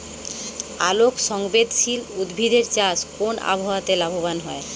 আলোক সংবেদশীল উদ্ভিদ এর চাষ কোন আবহাওয়াতে লাভবান হয়?